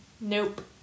Nope